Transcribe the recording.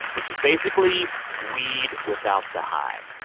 which is basically weed without the high.